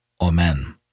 Amen